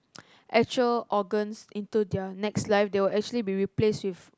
actual organs into their next live they will actually be replaced with